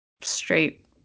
straight